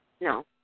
No